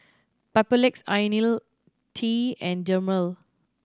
Papulex Ionil T and Dermale